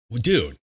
dude